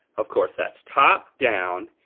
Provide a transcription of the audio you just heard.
of course that's top down.